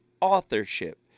authorship